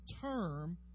term